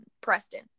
Preston